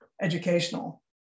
educational